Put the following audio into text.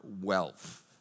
wealth